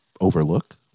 overlook